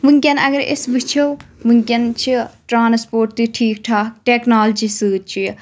وٕنکؠن اگر أسۍ وٕچھو وٕنکؠن چھ ٹرانَسپوٹ تہِ ٹھیٖکھ ٹھاکھ ٹؠکنالجی سٟتۍ چھ یہِ